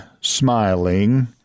smiling